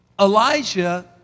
Elijah